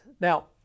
Now